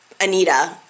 Anita